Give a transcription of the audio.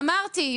אמרתי,